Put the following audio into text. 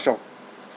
of